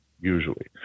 usually